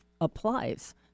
applies